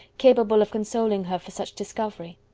capable of consoling her for such discovery.